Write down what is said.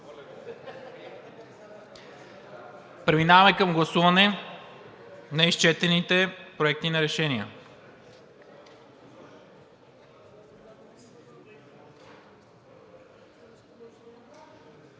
Преминаваме към гласуване на изчетените проекти на решения.